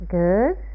good